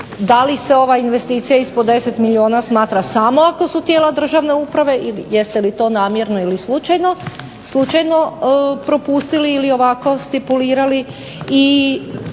da li se ova investicija ispod 10 milijuna smatra samo ako su tijela državne uprave i jeste li to namjerno ili slučajno propustili ili ovako stipulirali?